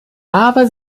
aber